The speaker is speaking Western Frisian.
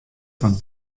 fan